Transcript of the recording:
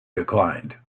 declined